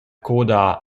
coda